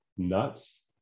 Nuts